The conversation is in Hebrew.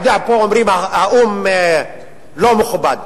פה אומרים: האו"ם לא מכובד.